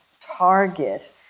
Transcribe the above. target